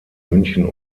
münchen